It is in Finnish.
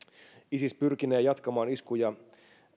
isis pyrkinee jatkamaan iskuja